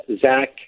Zach